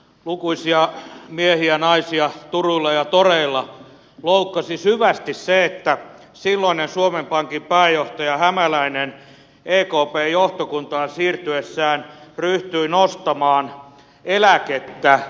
lukuisia miehiä ja naisia turuilla ja toreilla loukkasi syvästi se että silloinen suomen pankin pääjohtaja hämäläinen ekpn johtokuntaan siirtyessään ryhtyi nostamaan eläkettä